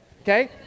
okay